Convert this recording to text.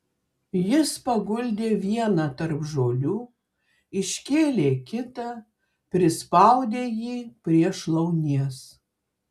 jis paguldė vieną tarp žolių iškėlė kitą prispaudė jį prie šlaunies